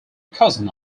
cousin